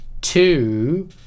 two